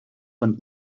von